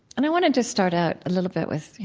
and i want to just start out a little bit with, you